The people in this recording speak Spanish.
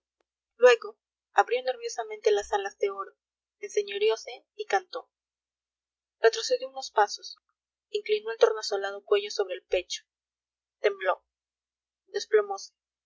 luego abrió nerviosamente las alas de oro enseñoreóse y cantó retrocedió unos pasos inclinó el tornasolado cuello sobre el pecho tembló desplomóse